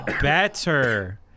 better